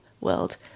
world